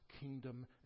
kingdom